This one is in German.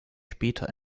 später